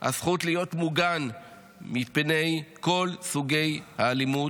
הזכות להיות מוגן מפני כל סוגי האלימות,